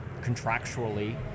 contractually